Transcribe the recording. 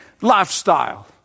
lifestyle